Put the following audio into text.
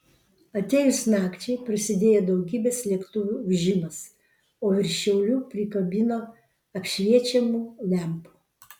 atėjus nakčiai prasidėjo daugybės lėktuvų ūžimas o virš šiaulių prikabino apšviečiamų lempų